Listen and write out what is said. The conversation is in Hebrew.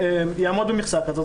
יעמוד במכסה כזאת,